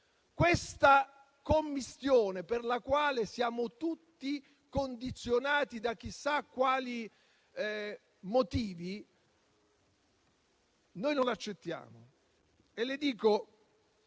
Questa commissione, per la quale siamo tutti condizionati da chissà quali motivi, noi non l'accettiamo.